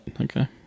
Okay